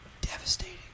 devastating